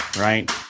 right